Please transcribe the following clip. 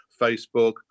Facebook